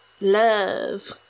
love